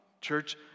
Church